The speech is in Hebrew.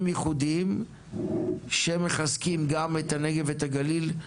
ייחודיים שמחזקים גם את הנגב ואת הגליל,